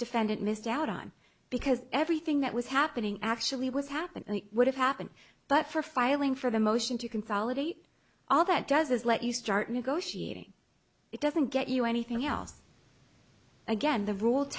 defendant missed out on because everything that was happening actually was happening would have happened but for filing for the motion to consolidate all that does is let you start negotiating it doesn't get you anything else again the rule